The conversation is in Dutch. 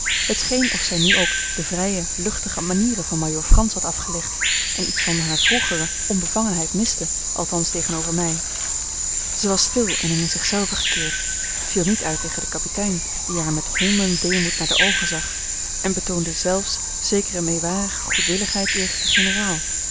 scheen of zij nu ook de vrije luchtige manieren van majoor frans had afgelegd en iets van hare vroegere onbevangenheid miste althans tegenover mij zij was stil en in zich zelve gekeerd viel niet uit tegen den kapitein die haar met hondendeemoed naar de oogen zag en betoonde zelfs zekere meewarige goedwilligheid jegens den generaal